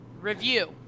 review